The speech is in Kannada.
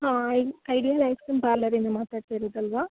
ಹಾಂ ಐಡಿಯಲ್ ಐಸ್ ಕ್ರೀಮ್ ಪಾರ್ಲರ್ ಇಂದ ಮಾತಾಡ್ತಿರೋದಲ್ವಾ